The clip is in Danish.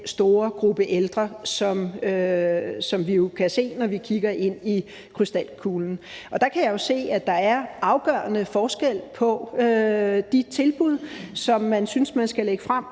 store gruppe ældre, som vi kan se der er, når vi kigger ind i krystalkuglen. Der kan jeg jo se, at der er afgørende forskel på de tilbud, som man fra rød blok synes man skal lægge frem